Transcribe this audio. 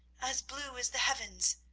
as blue as the heavens,